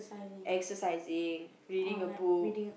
exercising reading a book